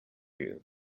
you